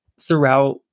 throughout